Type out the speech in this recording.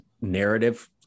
narrative